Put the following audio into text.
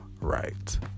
right